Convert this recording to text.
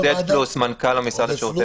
עודד פלוס, מנכ"ל המשרד.